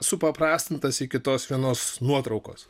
supaprastintas iki tos vienos nuotraukos